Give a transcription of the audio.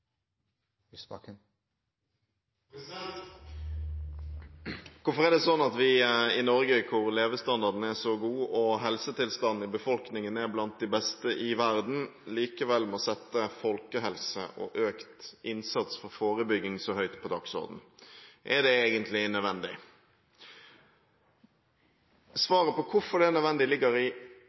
videre. Hvorfor er det sånn at vi i Norge, hvor levestandarden er så god og helsetilstanden i befolkningen er blant de beste i verden, likevel må sette folkehelse og økt innsats for forebygging så høyt på dagsordenen? Er det egentlig nødvendig? Svaret på hvorfor det er nødvendig, ligger i